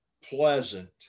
pleasant